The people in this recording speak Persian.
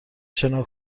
شنا